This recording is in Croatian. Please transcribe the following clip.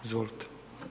Izvolite.